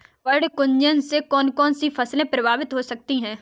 पर्ण कुंचन से कौन कौन सी फसल प्रभावित हो सकती है?